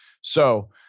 So-